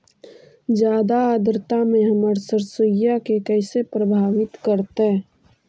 जादा आद्रता में हमर सरसोईय के कैसे प्रभावित करतई?